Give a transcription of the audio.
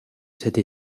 cette